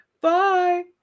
Bye